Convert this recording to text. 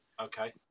Okay